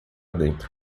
dentro